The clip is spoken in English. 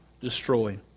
destroy